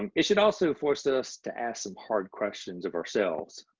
and it should also force us to ask some hard questions of ourselves.